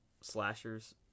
slashers